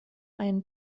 einen